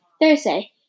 Thursday